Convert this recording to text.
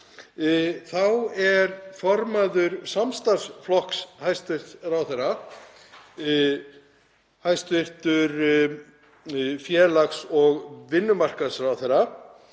þá er formaður samstarfsflokks hæstv. ráðherra, hæstv. félags- og vinnumarkaðsráðherra,